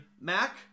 Mac